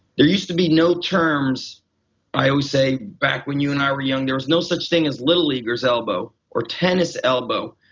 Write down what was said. there used to be no terms i always say back when you and i were young there was no such thing as little leaguers elbow or tennis elbow.